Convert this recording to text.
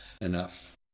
enough